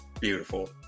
Beautiful